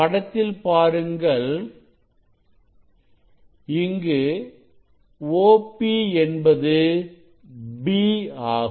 படத்தில் பாருங்கள் இங்கு OP என்பது b ஆகும்